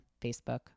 Facebook